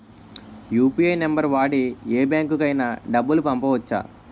UPI number వాడి యే బ్యాంకుకి అయినా డబ్బులు పంపవచ్చ్చా?